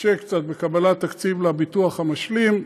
מקשה קצת בקבלת תקציב לביטוח המשלים,